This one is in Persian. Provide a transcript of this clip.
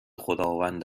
خداوند